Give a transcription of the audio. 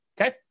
Okay